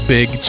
Big